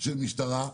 של משטרה,